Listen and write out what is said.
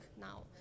now